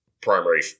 primary